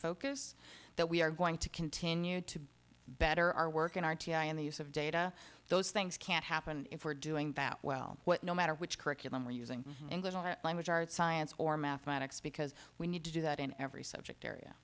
focus that we are going to continue to better our work in r t i in the use of data those things can't happen if we're doing that well what no matter which curriculum we're using english language arts science or mathematics because we need to do that in every subject area